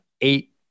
eight